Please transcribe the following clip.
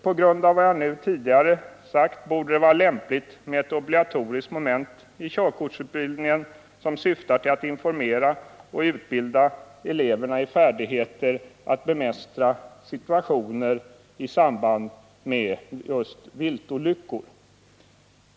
På grund av vad jag nu sagt borde det vara lämpligt med ett obligatoriskt moment i körkortsutbildningen, vilket syftar till att informera eleverna och ge dem färdigheter i att bemästra situationer i samband med viltolyckor.